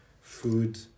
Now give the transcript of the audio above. food